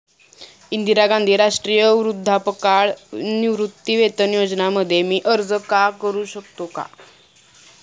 इंदिरा गांधी राष्ट्रीय वृद्धापकाळ निवृत्तीवेतन योजना मध्ये मी अर्ज का करू शकतो का?